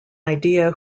idea